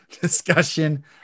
discussion